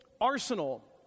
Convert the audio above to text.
arsenal